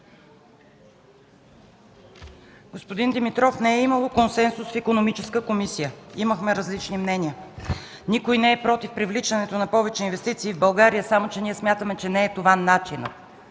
Господин Димитров, не е имало консенсус в Икономическата комисия. Имахме различни мнения. Никой не е против привличането на повече инвестиции в България, само че ние смятаме, че не е това начинът.